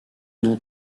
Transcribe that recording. nom